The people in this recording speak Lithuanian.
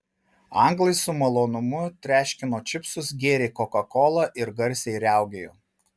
anglai su malonumu treškino čipsus gėrė kokakolą ir garsiai riaugėjo